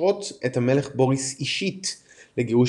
הקושרות את המלך בוריס אישית לגירוש